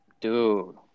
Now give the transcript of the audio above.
dude